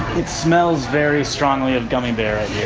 it smells very strongly of gummy bear